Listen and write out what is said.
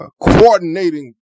coordinating